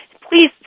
please